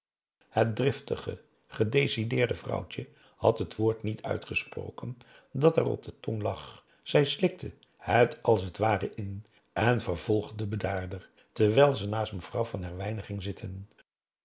het driftige gedecideerde vrouwtje had het woord niet uitgesproken dat haar op de tong lag zij slikte p a daum hoe hij raad van indië werd onder ps maurits het als t ware in en vervolgde bedaarder terwijl ze naast mevrouw van herwijnen ging zitten